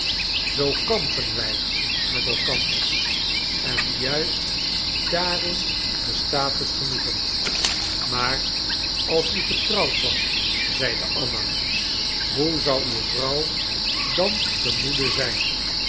zoo kampen wij met elkander en juist daarin bestaat het genoegen maar als u getrouwd was zeide anna hoe zou uw vrouw dan te moede zijn